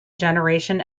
generation